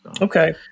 Okay